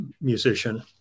musician